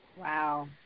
Wow